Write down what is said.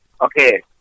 Okay